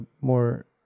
more